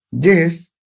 Yes